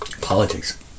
politics